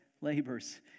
labor's